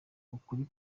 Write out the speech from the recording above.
ukuri